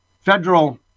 Federal